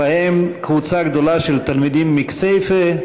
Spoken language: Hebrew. ובהם קבוצה גדולה של תלמידים מכסייפה.